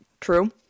true